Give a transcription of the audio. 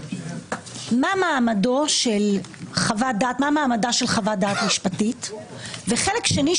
מה מעמדה של חוות-דעת משפטית; והשנייה,